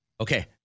Okay